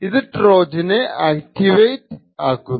ഇതു ട്രോജനെ ആക്റ്റിവേറ്റ് ആക്കുന്നു